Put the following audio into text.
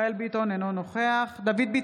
מיכאל מרדכי ביטון, אינו נוכח דוד ביטן,